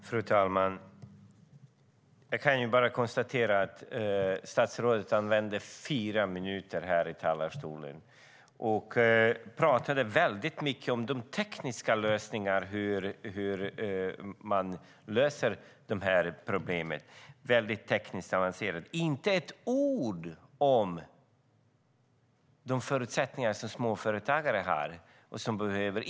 Fru talman! Jag kan bara konstatera att statsrådet använde fyra minuter här i talarstolen. Hon pratade väldigt mycket om tekniska lösningar på de här problemen. Det var väldigt tekniskt avancerat. Hon sade inte ett ord om de förutsättningar som småföretagare har och behöver.